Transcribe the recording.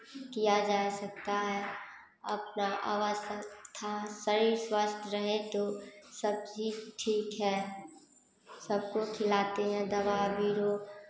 किया जा सकता है अपना अवस्था शरीर स्वस्थ रहे तो सब चीज ठीक है सबको खिलाते हैं दवा भी रो